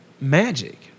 magic